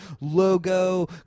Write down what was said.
logo